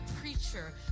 preacher